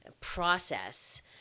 process